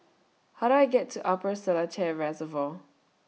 How Do I get to Upper Seletar Reservoir